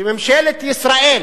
שממשלת ישראל